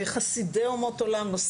חסידי אומות עולם,